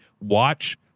watch